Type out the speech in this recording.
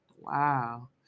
Wow